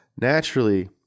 naturally